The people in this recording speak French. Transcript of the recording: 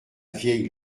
vieille